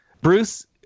Bruce